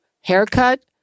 Haircut